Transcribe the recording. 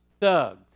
thug